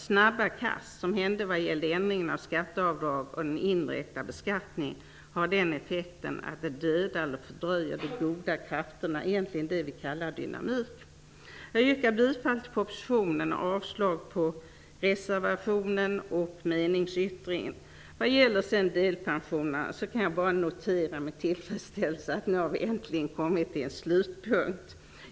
Snabba kast, som inträffade vad gällde ändringen av skatteavdrag och den indirekta beskattningen, har effekten att de dödar eller fördröjer de goda krafterna, det som vi kallar dynamik. Jag yrkar bifall till propositionen och avslag på reservationen och meningsyttringen. Vad gäller delpensionerna noterar jag bara med tillfredsställelse att vi äntligen har kommit till en slutpunkt.